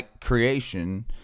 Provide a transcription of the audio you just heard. creation